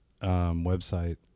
website